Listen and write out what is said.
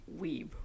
weeb